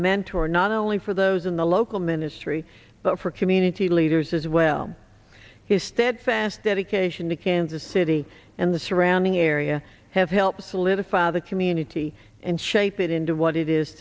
mentor not only for those in the local ministry but for community leaders as well his steadfast dedication to kansas city and the surrounding area have helped solidify the community and shape it into what it is